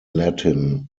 latin